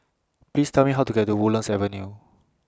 Please Tell Me How to get to Woodlands Avenue